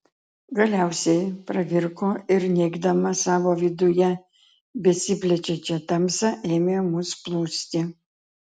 galiausiai pravirko ir neigdama savo viduje besiplečiančią tamsą ėmė mus plūsti